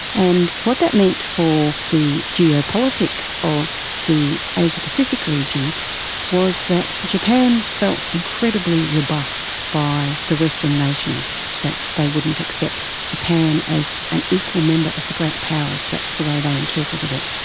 and what that meant for the geopolitics of the asia-pacific region was that japan felt incredibly rebuffed by the western nations, that they wouldn't accept japan as an equal member of the great powers. that's the way they interpreted it.